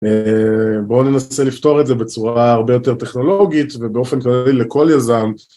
בואו ננסה לפתור את זה בצורה הרבה יותר טכנולוגית, ובאופן כללי לכל יזם.